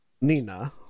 Nina